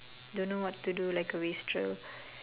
don't know what to do like a wastrel